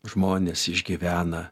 žmonės išgyvena